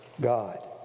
God